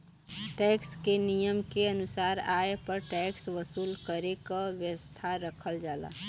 tax क नियम के अनुसार आय पर टैक्स वसूल करे क व्यवस्था रखल जाला